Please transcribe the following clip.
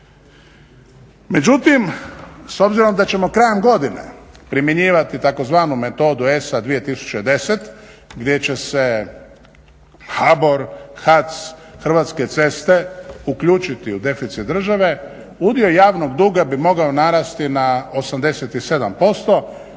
Međutim, s obzirom da ćemo krajem godine primjenjivati tzv. metodu ESA 2010 gdje će se HBOR, HAC, Hrvatske ceste uključiti u deficit države udio javnog duga bi mogao narasti na 87%,